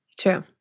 True